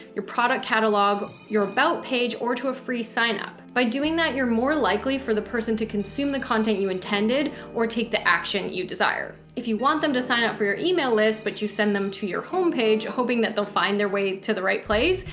your product catalog your about page or to a free signup. by doing that, you're more likely for the person to consume the content you intended or take the action you desire if you want them to sign up for your email list, but you send them to your homepage, hoping that they'll find their way to the right place.